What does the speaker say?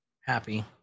happy